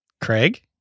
Craig